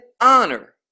honor